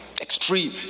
extreme